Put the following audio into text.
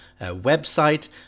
website